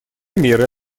меры